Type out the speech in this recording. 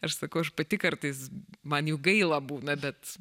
aš sakau aš pati kartais man jų gaila būna bet